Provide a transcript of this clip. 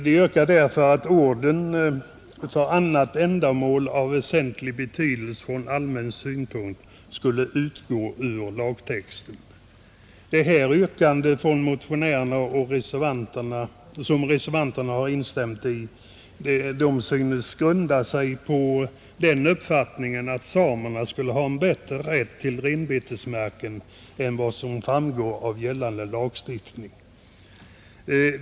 Vi yrkar därför att orden ”eller för annat ändamål av väsentlig betydelse från allmän synpunkt” utgår ur lagtexten, Detta yrkande från motionärerna, som reservanterna har instämt i, synes grunda sig på den uppfattningen att samerna skulle ha en bättre rätt till renbetesmarken än vad som framgår av gällande lagstiftning.